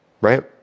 right